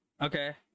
okay